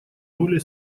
роли